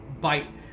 bite